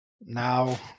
Now